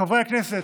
חברי הכנסת,